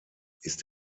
ist